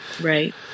Right